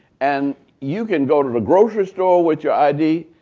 and you can go to the grocery store with your id,